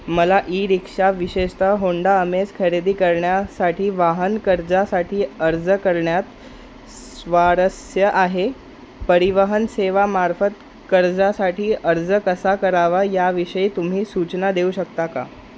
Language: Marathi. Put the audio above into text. मला ई रिक्षा विशेषतः होंडा अमेस खरेदी करण्यासाठी वाहन कर्जासाठी अर्ज करण्यात स्वारस्य आहे परिवहन सेवामार्फत कर्जासाठी अर्ज कसा करावा याविषयी तुम्ही सूचना देऊ शकता का